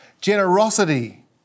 generosity